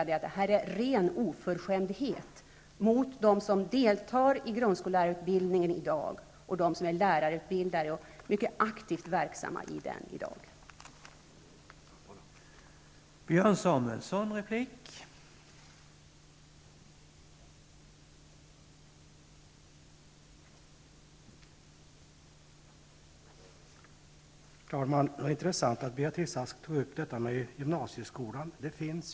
Det är en ren oförskämdhet mot de som i dag deltar i grundskolelärarutbildningen och de som är lärarutbildade och är mycket aktivt verksamma i denna utbildning i dag.